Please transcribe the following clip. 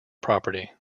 property